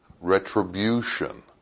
retribution